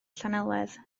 llanelwedd